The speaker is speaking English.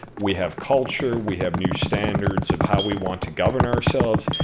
we have culture. we have new standards of how we want to govern ourselves.